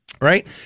Right